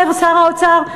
אומר שר האוצר,